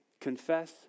confess